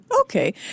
Okay